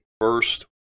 first